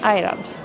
Ireland